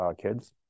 kids